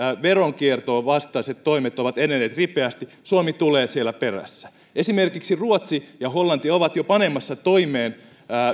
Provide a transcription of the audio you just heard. veronkierron vastaiset toimet ovat edenneet ripeästi suomi tulee siellä perässä esimerkiksi ruotsi ja hollanti ovat jo panemassa toimeen